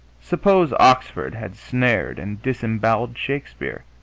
suppose oxford had snared and disemboweled shakespeare!